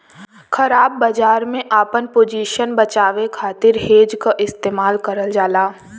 ख़राब बाजार में आपन पोजीशन बचावे खातिर हेज क इस्तेमाल करल जाला